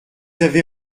avez